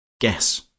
Guess